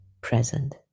present